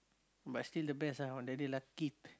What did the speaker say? but still the best ah on that day lucky